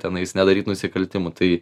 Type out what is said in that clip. tenais nedaryt nusikaltimų tai